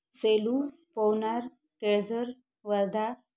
Selu Pavnar Kelzar Wardha